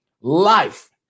life